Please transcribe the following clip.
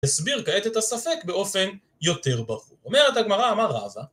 הסביר כעת את הספק באופן יותר ברור. אומרת הגמרא, אמר רבא